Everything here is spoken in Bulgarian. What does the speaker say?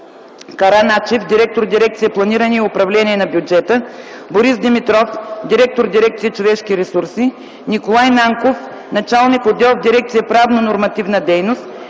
Караначев – директор дирекция „Планиране и управление на бюджета”; Борис Димитров – директор дирекция „Човешки ресурси”; Николай Нанков – началник отдел в дирекция „Правно-нормативна дейност”;